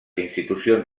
institucions